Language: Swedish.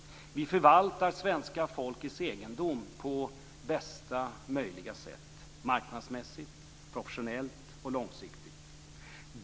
Vi förvaltar svenska folkets egendom på bästa möjliga sätt - marknadsmässigt, professionellt och långsiktigt.